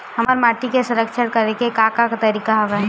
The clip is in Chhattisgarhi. हमर माटी के संरक्षण करेके का का तरीका हवय?